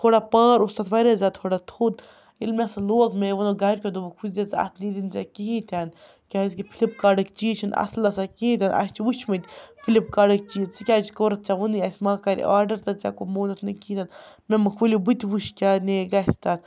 تھوڑا پار اوس تَتھ واریاہ زیادٕ تھوڑا تھوٚد ییٚلہِ مےٚ سُہ لوگ مے ووٚنُکھ گَرِکیو دوٚپُکھ وُچھ زِ ژٕ اَتھ نیری نہٕ ژےٚ کِہیٖنۍ تہِ نہٕ کیٛازِکہِ فِلِپکاٹٕکۍ چیٖز چھِنہٕ اَصٕل آسان کِہیٖنۍ تہِ نہٕ اَسہِ چھِ وٕچھمٕتۍ فِلِپکاٹٕکۍ چیٖز ژٕ کیٛازِ کوٚرُتھ ژےٚ ووٚنُے اَسہِ ما کَر یہِ آرڈَر تہٕ ژےٚ مونُتھ نہٕ کِہیٖنۍ تہِ نہٕ دوٚپمَکھ ؤلِو بہٕ تہِ وُچھِ کیٛاہ نیرِ گژھِ تَتھ